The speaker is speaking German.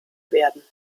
werden